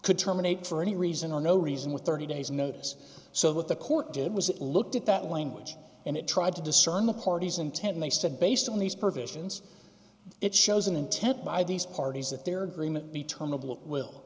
could terminate for any reason or no reason with thirty days notice so what the court did was it looked at that language and it tried to discern the parties and ten they said based on these provisions it shows an intent by these parties that their agreement be